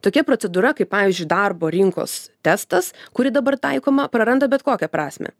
tokia procedūra kaip pavyzdžiui darbo rinkos testas kuri dabar taikoma praranda bet kokią prasmę